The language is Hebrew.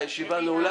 6 נמנעים,